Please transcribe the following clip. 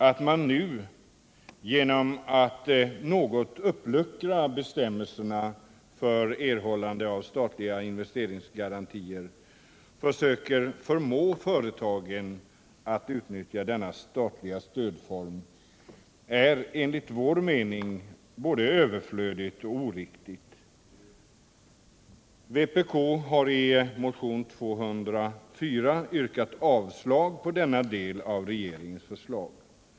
Att nu — genom att något uppluckra bestämmelserna för erhållande av statliga investeringsgarantier — försöka förmå företagen att utnyttja denna statliga stödform är enligt vår mening både överflödigt och oriktigt. Vpk har i motionen 204 yrkat avslag på denna del av regeringens förslag.